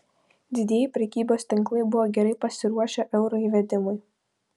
didieji prekybos tinklai buvo gerai pasiruošę euro įvedimui